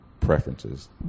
preferences